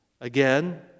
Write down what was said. Again